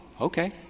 okay